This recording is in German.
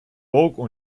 vogue